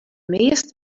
meast